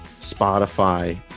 spotify